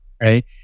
right